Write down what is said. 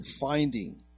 finding